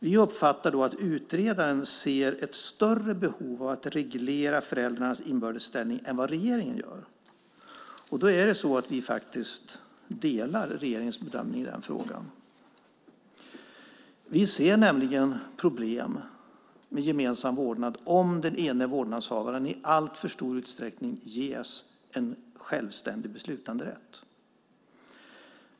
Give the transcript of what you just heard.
Vi uppfattar att utredaren ser ett större behov av att reglera föräldrarnas inbördes ställning än vad regeringen gör. Vi delar faktiskt regeringens bedömning i den frågan. Vi ser nämligen problem med gemensam vårdnad om den ena vårdnadshavaren i alltför stor utsträckning ges en självständig beslutanderätt.